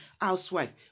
housewife